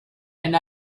and